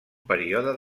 període